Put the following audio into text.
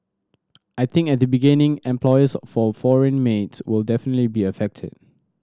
I think at the beginning employers for foreign maids will definitely be affected